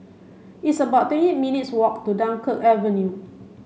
it's about twenty eight minutes' walk to Dunkirk Avenue